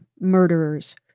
murderers